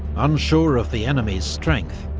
unsure of the enemy's strength,